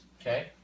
Okay